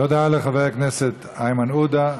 תודה לחבר הכנסת איימן עודה.